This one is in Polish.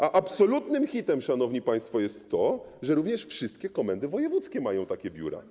Absolutnym hitem, szanowni państwo, jest to, że również wszystkie komendy wojewódzkie mają takie biura.